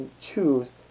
choose